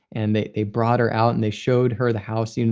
and they they brought her out and they showed her the house. you know